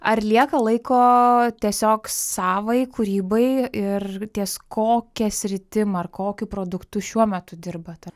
ar lieka laiko tiesiog savai kūrybai ir ties kokia sritim ar kokiu produktu šiuo metu dirbate